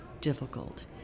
difficult